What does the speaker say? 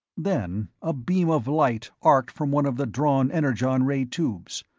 then a beam of light arced from one of the drawn energon-ray tubes.